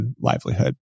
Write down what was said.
livelihood